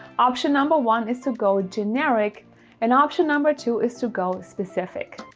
option. number one is to go generic and option. number two is to go specific.